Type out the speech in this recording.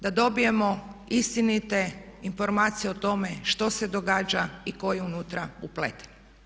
Da dobijemo istinite informacije o tome što se događa i tko je unutra upleten?